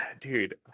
Dude